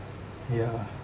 ya